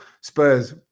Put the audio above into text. Spurs